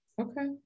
Okay